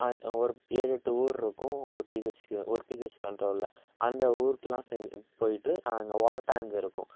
அது ஒரு ஏழு எட்டு ஊர் இருக்கும் ஒரு பிஹெச்சுக்கு ஒரு பிஹெச்சுக்கு கன்ட்ரோலில் அந்த ஊருக்கெல்லாம் போய்ட்டு அங்கே வாட்டர் டேங்க் இருக்கும்